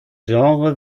genre